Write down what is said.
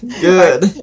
good